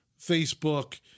Facebook